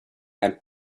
and